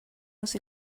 was